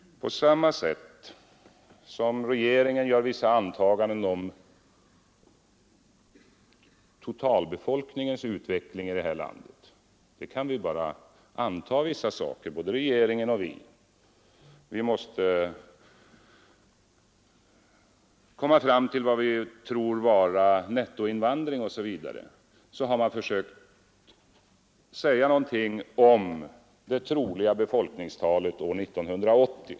Regeringen gör vissa antaganden om totalbefolkningens utveckling i det här landet. Där kan man bara anta vissa saker, det gäller både för regeringen och för oss. Man måste komma fram till vad man tror vara nettoinvandring osv. På samma sätt har vi försökt säga någonting om det troliga befolkningstalet år 1980.